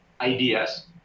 ideas